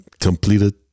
Completed